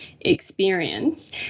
experience